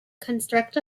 construct